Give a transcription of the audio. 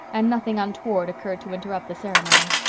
and nothing untoward occurred to interrupt the ceremony.